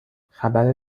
خبر